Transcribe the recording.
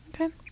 okay